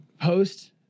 post